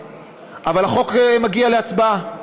אבל החוק מגיע להצבעה.